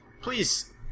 Please